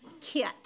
Kit